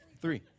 Three